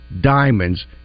diamonds